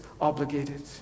obligated